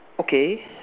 okay